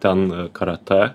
ten karatė